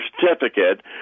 certificate